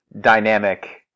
dynamic